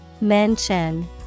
Mention